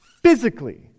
physically